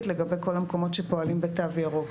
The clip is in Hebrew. לגבי כל המקומות שפועלים בתו ירוק.